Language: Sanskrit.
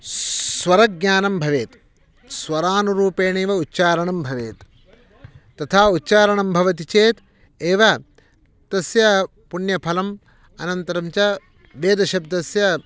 स्वरज्ञानं भवेत् स्वरानुरूपेणैव उच्चारणं भवेत् तथा उच्चारणं भवति चेत् एव तस्य पुण्यफलम् अनन्तरञ्च वेदशब्दस्य